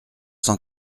cent